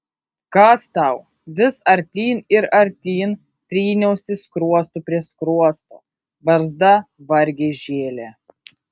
kas tau vis artyn ir artyn tryniausi skruostu prie skruosto barzda vargiai žėlė